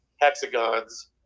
hexagons